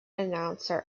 announcer